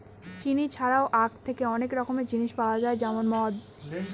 চিনি ছাড়াও আঁখ থেকে অনেক রকমের জিনিস পাওয়া যায় যেমন মদ